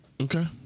Okay